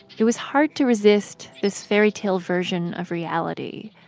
it was hard to resist this fairytale version of reality.